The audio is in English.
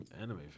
anime